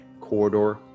corridor